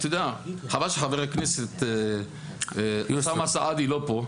חבל שחבר הכנסת אוסאמה סעדי לא פה,